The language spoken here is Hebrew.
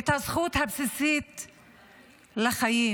את הזכות הבסיסית בחיים.